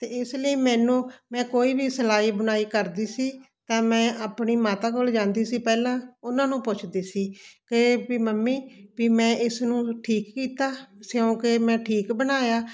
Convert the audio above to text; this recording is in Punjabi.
ਅਤੇ ਇਸ ਲਈ ਮੈਨੂੰ ਮੈਂ ਕੋਈ ਵੀ ਸਿਲਾਈ ਬਣਾਈ ਕਰਦੀ ਸੀ ਤਾਂ ਮੈਂ ਆਪਣੀ ਮਾਤਾ ਕੋਲ ਜਾਂਦੀ ਸੀ ਪਹਿਲਾਂ ਉਹਨਾਂ ਨੂੰ ਪੁੱਛਦੀ ਸੀ ਕਿ ਵੀ ਮੰਮੀ ਵੀ ਮੈਂ ਇਸ ਨੂੰ ਠੀਕ ਕੀਤਾ ਸਿਉਂ ਕੇ ਮੈਂ ਠੀਕ ਬਣਾਇਆ